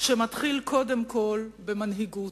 שמתחיל קודם כול במנהיגות,